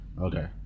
okay